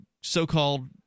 so-called